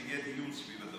שיהיה דיון סביב הדוח.